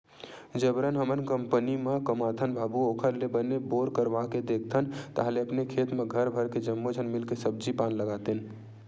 जबरन हमन कंपनी म कमाथन बाबू ओखर ले बने बोर करवाके देखथन ताहले अपने खेत म घर भर के जम्मो झन मिलके सब्जी पान लगातेन